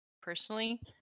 personally